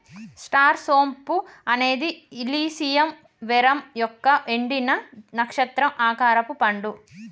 star సోంపు అనేది Illicium verum యొక్క ఎండిన, నక్షత్రం ఆకారపు పండు